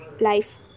life